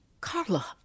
Carla